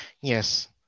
Yes